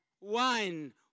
wine